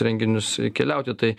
renginius keliauti tai